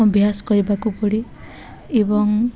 ଅଭ୍ୟାସ କରିବାକୁ ପଡ଼େ ଏବଂ